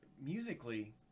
musically